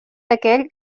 aquell